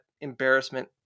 embarrassment